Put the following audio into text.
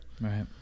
right